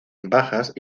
bajas